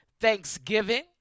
Thanksgiving